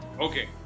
Okay